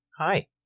Hi